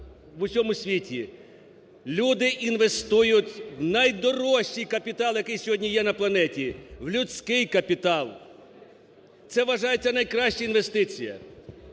в усьому світі, люди інвестують в найдорожчий капітал, який сьогодні є на планеті: в людський капітал. Це, вважається, найкраща інвестиція.